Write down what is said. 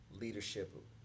leadership